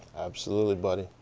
absolutely, buddy.